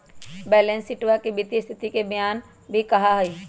balance शीटवा के वित्तीय स्तिथि के बयान भी कहा हई